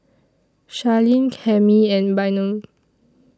Charline Cami and Bynum